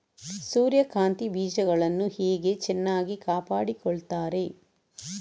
ಸೂರ್ಯಕಾಂತಿ ಬೀಜಗಳನ್ನು ಹೇಗೆ ಚೆನ್ನಾಗಿ ಕಾಪಾಡಿಕೊಳ್ತಾರೆ?